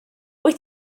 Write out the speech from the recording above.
wyt